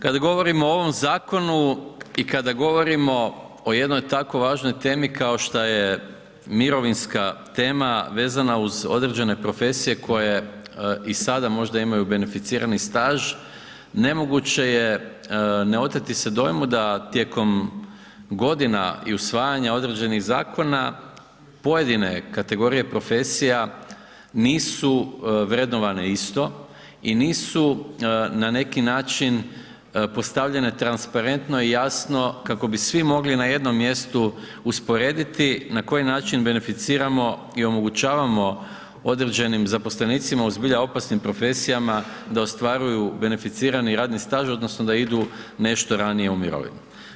Kad govorimo o ovom zakonu i kada govorimo o jednoj tako važnoj temi kao šta je mirovinska tema vezana uz određene profesije koje i sada možda imaju beneficirani staž, nemoguće je neoteti se dojmu da tijekom godina i usvajanja određenih zakona pojedine kategorije profesija nisu vrednovane isto i nisu na neki način postavljene transparentno i jasno kako bi svi mogli na jednom mjestu usporediti na koji način beneficiramo i omogućavamo određenim zaposlenicima u zbilja opasnim profesijama da ostvaruju beneficirani radni staž odnosno da idu nešto ranije u mirovinu.